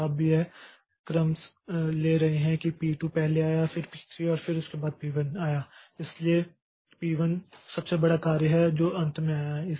अब हम यह क्रम ले रहे हैं कि पी 2 पहले आया फिर पी 3 और फिर उसके बाद पी 1 आया इसलिए पी 1 सबसे बड़ा कार्य है जो अंत में आया